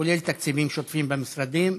כולל תקציבים שוטפים במשרדים.